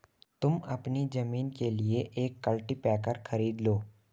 तुम अपनी जमीन के लिए एक कल्टीपैकर खरीद लो